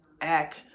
act